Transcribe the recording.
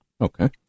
Okay